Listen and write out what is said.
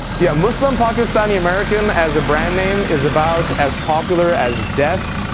yeah, muslim-pakistani american as a brand name is about as popular as death,